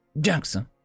Jackson